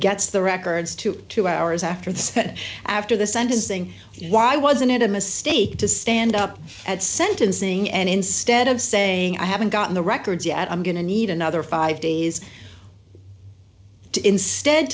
gets the records to two hours after this after the sentencing why wasn't it a mistake to stand up at sentencing and instead of saying i haven't gotten the records yet i'm going to need another five days to instead